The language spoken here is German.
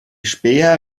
späher